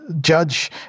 judge